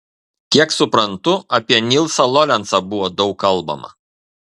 kiek suprantu apie nilsą lorencą buvo daug kalbama